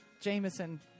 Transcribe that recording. jameson